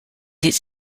his